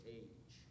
age